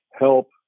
help